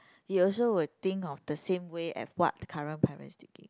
you also will think of the same way as what current parents thinking